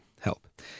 help